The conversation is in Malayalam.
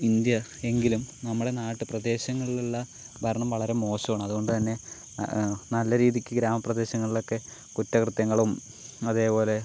ഇന്ത്യ എങ്കിലും നമ്മളുടെ നാട്ടു പ്രദേശങ്ങളിലുള്ള ഭരണം വളരെ മോശമാണ് അതുകൊണ്ട് തന്നെ നല്ല രീതിയ്ക്ക് ഗ്രാമ പ്രദേശങ്ങളിലൊക്കെ കുറ്റ കൃത്യങ്ങളും അതേപോലെ